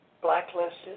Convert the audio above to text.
blacklisted